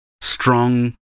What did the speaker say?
strong